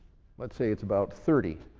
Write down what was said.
let's say it's about thirty.